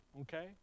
Okay